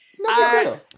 No